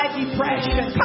depression